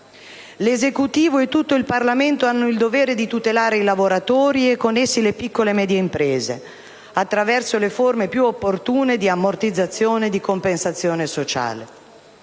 L'Esecutivo e tutto il Parlamento hanno il dovere di tutelare i lavoratori e con essi le piccole e medie imprese, attraverso le forme più opportune di ammortizzazione e di compensazione sociale.